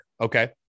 okay